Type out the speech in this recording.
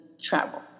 travel